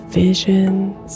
visions